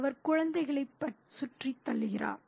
அவர் குழந்தைகளைச் சுற்றித் தள்ளுகிறார்